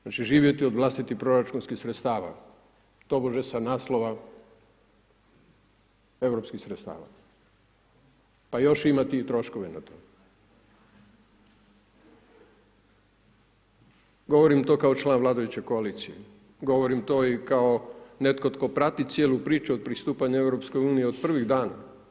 Znači živjeti od vlastitih proračunskih sredstava, to može sa naslova europskih sredstava, pa još ima tih … Govorim to kao član vladajuće koalicije, govorim to i kao netko tko prati cijelu priču od pristupanju EU, od prvih dana.